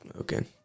Okay